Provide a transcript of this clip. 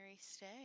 stay